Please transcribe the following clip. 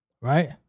right